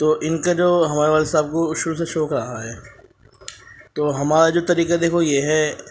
تو ان کا جو ہمارے والد صاحب کو شروع سے شوق رہا ہے تو ہمارا جو طریقہ دیکھو یہ ہے